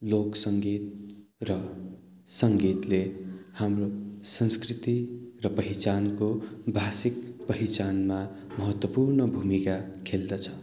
लोक सङ्गीत र सङ्गीतले हाम्रो संस्कृति र पहिचानको भाषिक पहिचानमा महत्त्वपूर्ण भूमिका खेल्दछ